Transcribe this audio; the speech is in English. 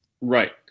Right